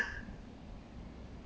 心人是什么